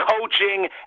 coaching